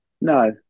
no